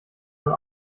dann